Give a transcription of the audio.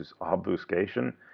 obfuscation